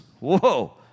Whoa